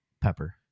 Pepper